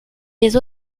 les